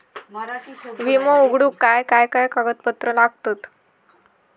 विमो उघडूक काय काय कागदपत्र लागतत?